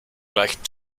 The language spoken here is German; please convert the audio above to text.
gleichen